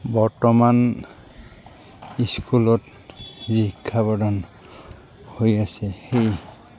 বৰ্তমান স্কুলত যি শিক্ষা প্ৰদান হৈ আছে সেই